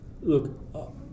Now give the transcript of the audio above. look